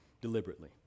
deliberately